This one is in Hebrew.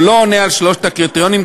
או לא עונה על שלושת הקריטריונים,